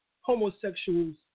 homosexuals